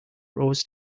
rose